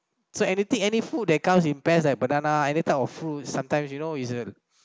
so anything any food that comes in pairs like banana any type of fruit sometimes you know is a